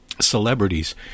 celebrities